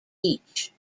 each